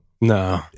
no